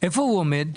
איפה הוא עומד?